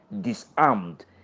disarmed